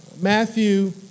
Matthew